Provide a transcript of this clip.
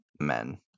men